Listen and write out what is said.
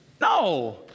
No